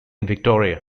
victoria